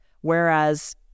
whereas